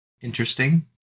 Interesting